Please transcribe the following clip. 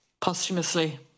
posthumously